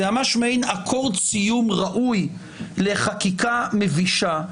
זה ממש מעין אקורד סיום ראוי לחקיקה מבישה,